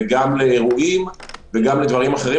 גם לאירועים וגם לדברים אחרים.